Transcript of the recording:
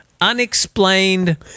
unexplained